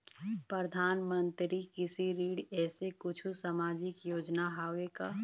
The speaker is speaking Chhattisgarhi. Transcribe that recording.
परधानमंतरी कृषि ऋण ऐसे कुछू सामाजिक योजना हावे का?